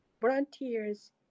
volunteers